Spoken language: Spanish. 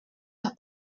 los